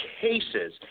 cases